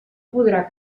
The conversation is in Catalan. podrà